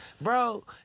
Bro